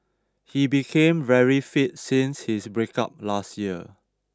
he became very fit since his breakup last year